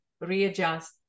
readjust